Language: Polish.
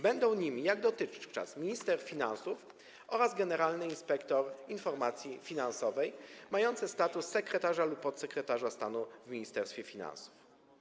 Będą nimi jak dotychczas minister finansów oraz generalny inspektor informacji finansowej mający status sekretarza lub podsekretarza stanu w Ministerstwie Finansów.